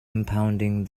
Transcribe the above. impounding